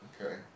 okay